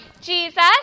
Jesus